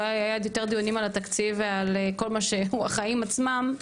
אולי היו יותר דיונים על התקציב ועל כל מה שהוא החיים עצמם.